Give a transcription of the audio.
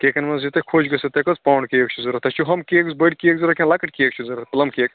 کیکن منٛز یہِ تۄہِہ خۄش گژھو تۄہہِ کٕژ پاونڈ کیک چھُ ضوٚرتھ تۄہہِ چھِ ہُم کیک بٔڑۍ کیک ضوٚرتھ کِنہٕ لَکٕٹۍ کیک چھُ ضوٚرتھ پٕلم کیک